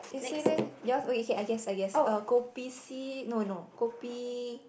eh say leh yours okay I guess I guess uh kopi C no no kopi